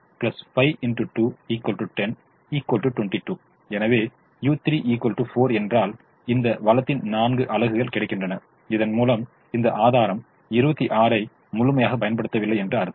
எனவே u3 4 என்றால் இந்த வளத்தின் 4 அலகுகள் கிடைக்கின்றன இதன்முலம் இந்த ஆதாரம் 26 ஐ முழுமையாக பயன்படுத்தப்படவில்லை என்று அர்த்தம்